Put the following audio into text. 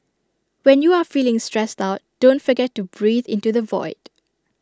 when you are feeling stressed out don't forget to breathe into the void